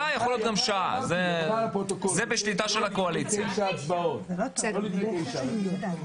זה מה שהודיעו לנו בישיבת סיעה, שזה היה הסיכום.